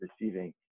receiving